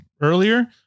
earlier